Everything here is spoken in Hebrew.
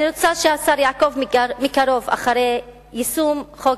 אני רוצה שהשר יעקוב מקרוב אחרי יישום חוק